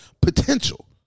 potential